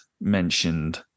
mentioned